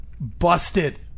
busted